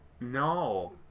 No